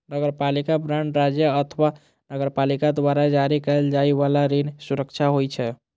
नगरपालिका बांड राज्य अथवा नगरपालिका द्वारा जारी कैल जाइ बला ऋण सुरक्षा होइ छै